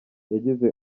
yagize